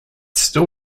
still